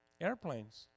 Airplanes